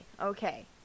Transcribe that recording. okay